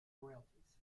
royalties